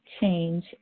change